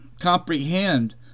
comprehend